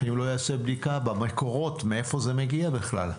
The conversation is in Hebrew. אם לא תיעשה בדיקה במקורות, מאיפה זה מגיע בכלל.